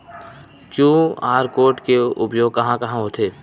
QR code के उपयोग कहां कहां होथे?